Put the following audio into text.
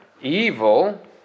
evil